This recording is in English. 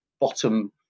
bottom